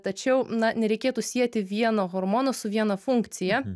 tačiau na nereikėtų sieti vieną hormoną su viena funkcija